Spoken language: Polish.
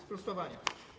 Sprostowanie.